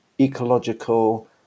ecological